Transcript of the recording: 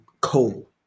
coal